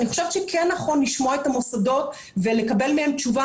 אני חושבת שכן נכון לשמוע את המוסדות ולקבל מהם תשובה.